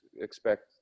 expect